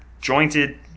jointed